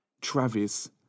Travis